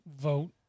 vote